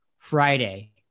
friday